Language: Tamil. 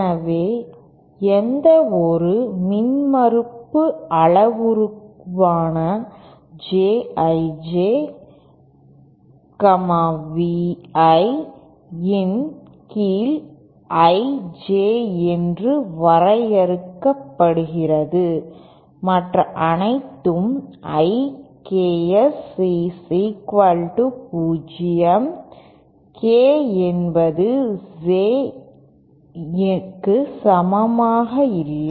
எனவே எந்தவொரு மின்மறுப்பு அளவுருவான JIJ VI இன் கீழ் I Ks என்று வரையறுக்கப்படுகிறது மற்ற அனைத்து I Ks 0 k என்பது J க்கு சமமாக இல்லை